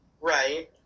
Right